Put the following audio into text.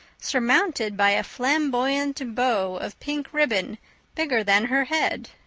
surmounted by a flamboyant bow of pink ribbon bigger than her head.